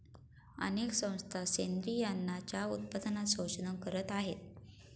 अनेक संस्था सेंद्रिय अन्नाच्या उत्पादनात संशोधन करत आहेत